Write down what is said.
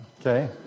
okay